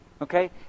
Okay